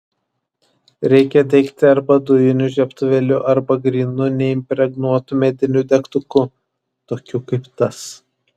reikia degti arba dujiniu žiebtuvėliu arba grynu neimpregnuotu mediniu degtuku tokiu kaip tas